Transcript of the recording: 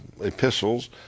epistles